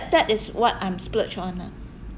that is what I'm splurged on ah